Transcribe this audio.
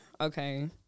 okay